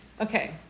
Okay